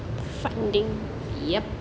yup